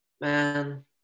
man